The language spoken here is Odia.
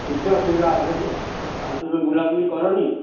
କିଛି ଅସୁବିଧା ହେବନି ଆଉ ତୁମେ ବୁଲାବୁଲି କରନି